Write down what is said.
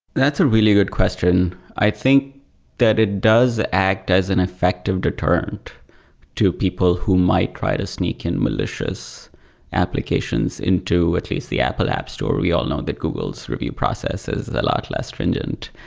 that's a really good question. i think that it does act as an effective deterrent to people who might try to sneak in malicious applications into at least the apple app store. we all know that google's review process is a lot less stringent.